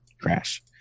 crash